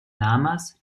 lamas